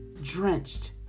drenched